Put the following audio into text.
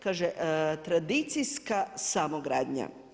Kaže, tradicijska samogradnja.